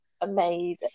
amazing